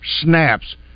snaps